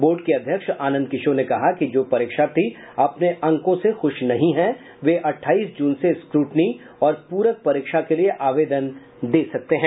board के अध्यक्ष आनंद किशोर ने कहा कि जो परीक्षार्थी अपने अंकों से ख्रश नहीं हैं वे अठाईस जून से स्क्रूटनी और पूरक परीक्षा के लिए आवेदन दे सकते हैं